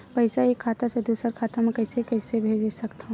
पईसा एक खाता से दुसर खाता मा कइसे कैसे भेज सकथव?